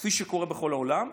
כפי שקורה בכל העולם.